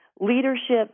Leadership